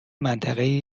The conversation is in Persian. منطقهای